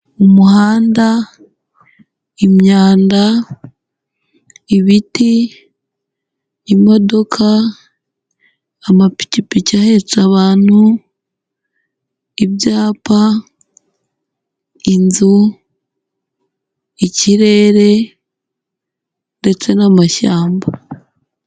Umuhanda, imyanda, ibiti, imodoka, amapipiki ahetse abantu, ibyapa, inzu, ikirere ndetse n'amashyamba.